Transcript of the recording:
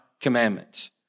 commandments